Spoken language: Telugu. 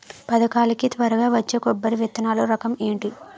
పథకాల కి త్వరగా వచ్చే కొబ్బరి విత్తనాలు రకం ఏంటి?